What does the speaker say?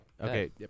Okay